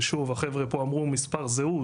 ושוב החבר'ה פה אמרו מספר זהות,